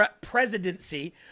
presidency